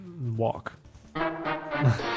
Walk